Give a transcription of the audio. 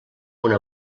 una